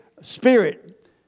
spirit